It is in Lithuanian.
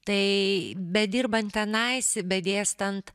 tai bedirbant tenais tebedėstant